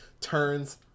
turns